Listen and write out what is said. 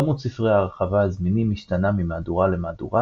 כמות ספרי ההרחבה הזמינים משתנה ממהדורה למהדורה,